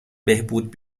بهبود